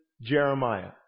Jeremiah